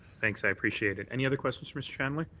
thanks, i appreciate it. any other questions for mr. chandler?